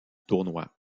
tournoi